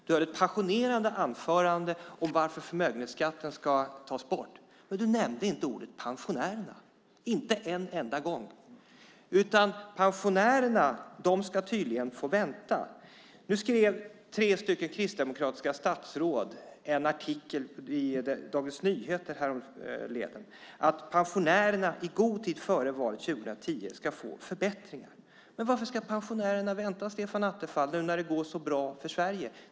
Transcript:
Du höll ett passionerat anförande om varför förmögenhetsskatten ska tas bort, men du nämnde inte ordet pensionärerna en enda gång. Pensionärerna ska tydligen få vänta. Tre kristdemokratiska statsråd skrev en artikel i Dagens Nyheter härförleden. Pensionärerna ska få förbättringar i god tid före valet 2010, skrev de. Men varför ska pensionärerna vänta, Stefan Attefall, nu när det går så bra för Sverige?